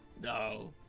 No